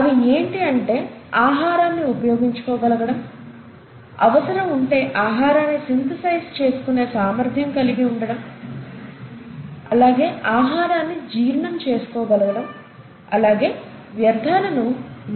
అవి ఏంటి అంటే ఆహారాన్ని ఉపయోగించుకోగలగడం అవసరం ఉంటే ఆహారాన్ని సింథేసైజ్ చేస్కునే సామర్ధ్యం కలిగి ఉండటం అలాగే ఆహారాన్ని జీర్ణం చేసుకోగలగడం అలాగే వ్యర్ధాలను విసర్జించగలగడం